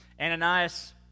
Ananias